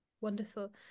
wonderful